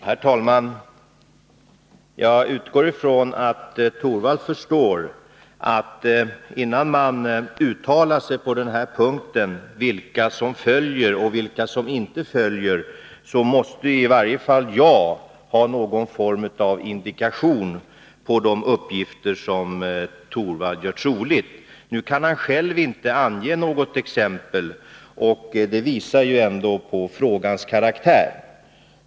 Herr talman! Jag utgår från att Rune Torwald förstår att i varje fall jag måste ha någon form av indikation på att de uppgifter som Rune Torwald för fram är troliga, innan jag uttalar mig om vilka som följer och inte följer OECD:s regler. Nu kan han själv inte ge något exempel. Det visar ändå på frågans karaktär.